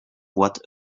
what